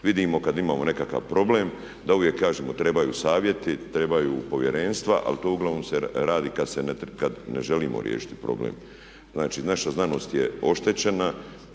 Vidimo kad imamo nekakav problem da uvijek kažemo trebaju savjeti, trebaju povjerenstva a to uglavnom se radi kad ne želimo riješiti problem. Znači naša znanost je oštećena